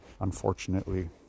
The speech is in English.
unfortunately